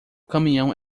caminhão